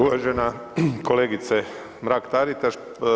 Uvažena kolegice Mrak Taritaš.